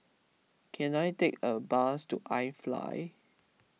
can I take a bus to iFly